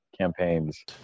campaigns